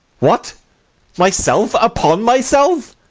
what myself upon myself!